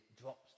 drops